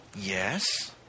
Yes